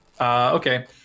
Okay